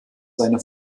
seine